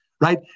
right